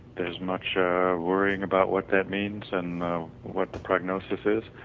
there is much worrying about what that means and what the prognosis is,